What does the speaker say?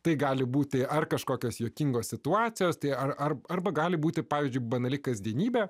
tai gali būti ar kažkokios juokingos situacijos tai ar ar arba gali būti pavyzdžiui banali kasdienybė